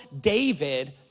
David